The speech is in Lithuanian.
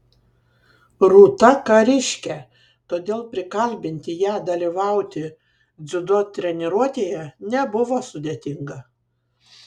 rūta kariškė todėl prikalbinti ją dalyvauti dziudo treniruotėje nebuvo sudėtinga